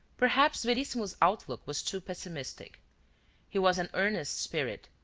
perhaps verissimo's outlook was too pessimistic he was an earnest spirit,